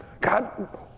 God